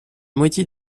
moitié